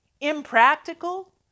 impractical